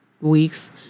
weeks